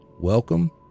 Welcome